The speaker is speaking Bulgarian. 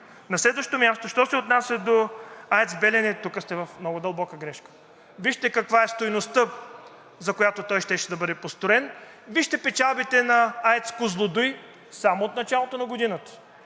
На следващо място, що се отнася до АЕЦ „Белене“ – тук сте в много дълбока грешка. Вижте каква е стойността, за която щеше да бъде построена. Вижте печалбите на АЕЦ „Козлодуй“ само от началото на годината.